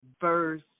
verse